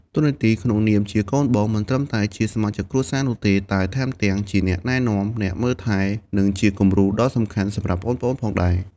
តួនាទីក្នុងនាមជាកូនបង មិនត្រឹមតែជាសមាជិកគ្រួសារនោះទេ តែថែមទាំងជាអ្នកណែនាំ អ្នកមើលថែ និងជាគំរូដ៏សំខាន់សម្រាប់ប្អូនៗផងដែរ។